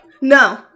No